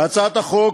בהצעת החוק